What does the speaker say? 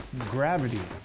gravity.